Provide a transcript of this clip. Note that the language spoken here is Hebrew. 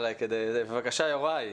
בבקשה, יוראי.